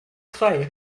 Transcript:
sei